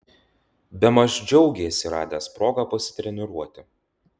bemaž džiaugėsi radęs progą pasitreniruoti